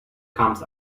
comes